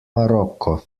marokko